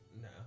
No